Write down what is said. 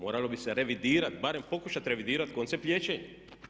Moralo bi se revidirati, barem pokušati revidirati koncept liječenja.